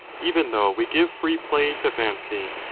even though we give free play to fancy.